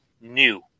new